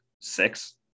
six